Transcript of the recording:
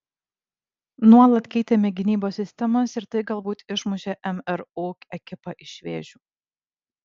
nuolat keitėme gynybos sistemas ir tai galbūt išmušė mru ekipą iš vėžių